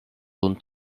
zone